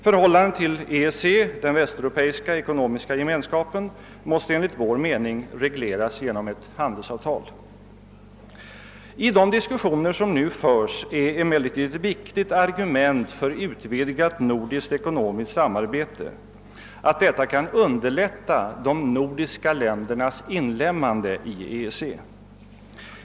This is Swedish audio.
Förhållandet till EEC, den västeuropeiska ekonomiska gemenska pen, måste enligt vår mening regleras genom handelsavtal. I de diskussioner som nu förs är emellertid ett viktigt argument för utvidgat nordiskt ekonomiskt samarbete att detta kan underlätta de nordiska ländernas inlemmande i EEC.